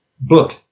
book